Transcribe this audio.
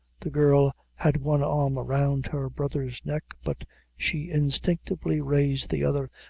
the girl had one arm around her brother's neck, but she instinctively raised the other,